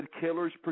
killers